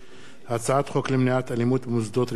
הצעת חוק למניעת אלימות במוסדות רפואיים (תיקון),